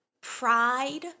pride